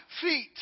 feet